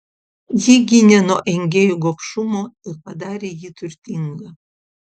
ji gynė nuo engėjų gobšumo ir padarė jį turtingą